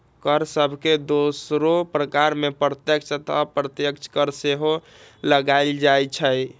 कर सभके दोसरो प्रकार में प्रत्यक्ष तथा अप्रत्यक्ष कर सेहो लगाएल जाइ छइ